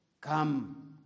come